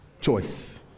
choice